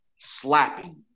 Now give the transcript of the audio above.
slapping